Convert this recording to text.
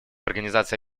организации